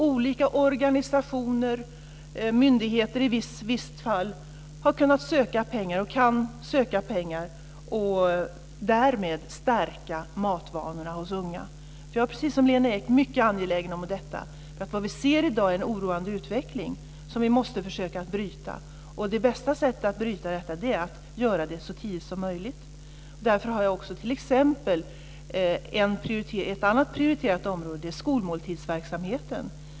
Olika organisationer och myndigheter i vissa fall har kunnat och kan söka pengar och därmed stärka matvanorna hos unga. Jag är precis som Lena Ek angelägen om detta. Vad vi ser i dag är en oroande utveckling som vi måste försöka att bryta. Det bästa sättet att bryta det är att göra det så tidigt som möjligt. Därför har jag också t.ex. ett annat prioriterat område. Det är skolmåltidsverksamheten.